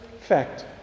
fact